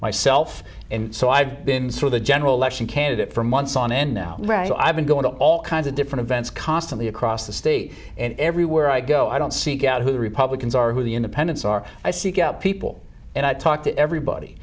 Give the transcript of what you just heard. myself and so i've been through the general election candidate for months on end now right so i've been going to all kinds of different events constantly across the state and everywhere i go i don't seek out who the republicans are who the independents are i seek out people and i talk to everybody